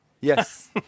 yes